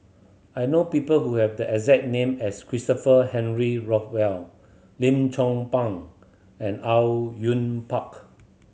I know people who have the exact name as Christopher Henry Rothwell Lim Chong Pang and Au Yun Pak